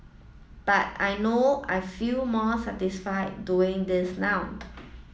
but I know I feel more satisfy doing this now